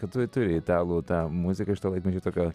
kad tu turi italų tą muziką iš to laikmečio tokio